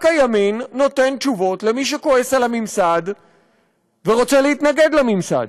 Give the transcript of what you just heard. רק הימין נותן תשובות למי שכועס על הממסד ורוצה להתנגד לממסד.